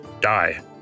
die